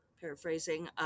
paraphrasing